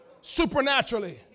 Supernaturally